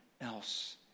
else